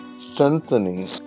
strengthening